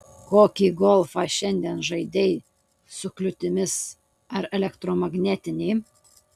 kokį golfą šiandien žaidei su kliūtimis ar elektromagnetinį